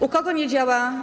U kogo nie działa?